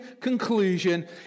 conclusion